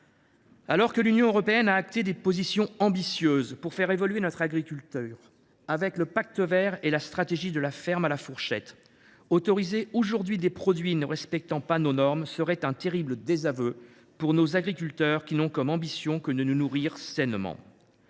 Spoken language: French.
Alors que l’Union européenne a acté des positions ambitieuses pour faire évoluer notre agriculture, avec le Pacte vert et la stratégie de la ferme à la fourchette, autoriser aujourd’hui des produits ne respectant pas nos normes serait un terrible désaveu pour nos agriculteurs, qui n’ont comme ambition que de nous nourrir sainement.